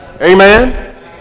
Amen